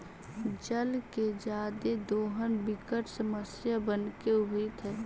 जल के जादे दोहन विकट समस्या बनके उभरित हई